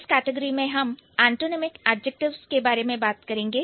इस कैटेगरी में हम एंटोनिमिक एडजेक्टिव्स के बारे में बात करेंगे